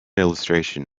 illustration